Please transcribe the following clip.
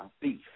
Beef